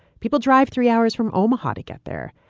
people drive three hours from omaha to get there.